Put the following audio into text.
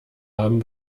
haben